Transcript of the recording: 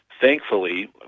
thankfully